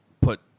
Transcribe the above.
put